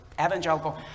evangelical